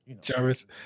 Jarvis